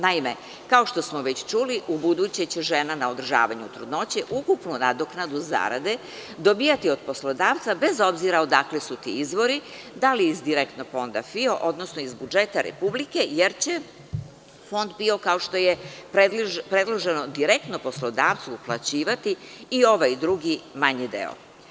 Naime, kao što smo već čuli ubuduće će žene na održavanju trudnoće ukupnu nadoknadu zarade dobijati od poslodavca bez obzira odakle su ti izvori, da li iz direktnog fonda PIO, odnosno iz budžeta Republike, jer će Fond PIO kao što je predloženo, direktno poslodavcu uplaćivati i ovaj drugi manji deo.